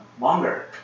longer